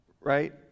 right